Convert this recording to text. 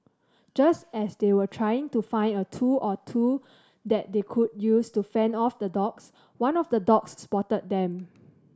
just as they were trying to find a tool or two that they could use to fend off the dogs one of the dogs spotted them